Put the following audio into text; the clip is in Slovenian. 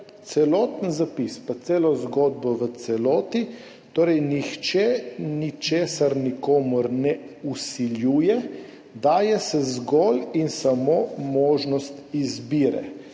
celoten zapis pa celo zgodbo v celoti, nihče ničesar nikomur ne vsiljuje, daje se zgolj in samo možnost izbire.